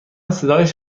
صدایش